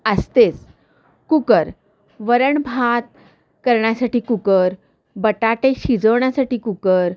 असतेच कुकर वरण भात करण्यासाठी कुकर बटाटे शिजवण्यासाठी कुकर